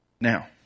Now